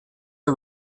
are